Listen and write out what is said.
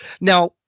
now